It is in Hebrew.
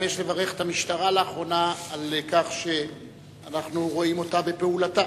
גם יש לברך את המשטרה לאחרונה על כך שאנחנו רואים אותה בפעולתה.